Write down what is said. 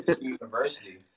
University